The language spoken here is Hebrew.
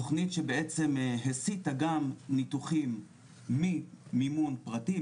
תכנית שבעצם הסיטה גם ניתוחים ממימון פרטי,